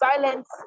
silence